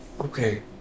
Okay